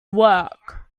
work